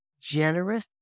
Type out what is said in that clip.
generous